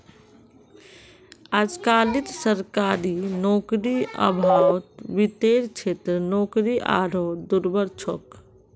अजकालित सरकारी नौकरीर अभाउत वित्तेर क्षेत्रत नौकरी आरोह दुर्लभ छोक